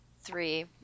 three